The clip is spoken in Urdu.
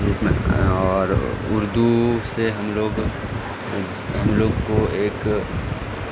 روپ میں اور اردو سے ہم لوگ ہم لوگ کو ایک